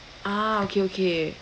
ah okay okay